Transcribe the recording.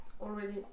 already